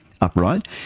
upright